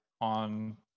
on